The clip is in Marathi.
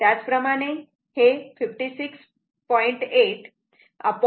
त्याचप्रमाणे हे 56